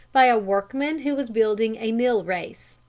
by a workman who was building a mill-race.